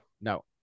No